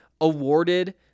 awarded